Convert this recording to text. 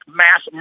mass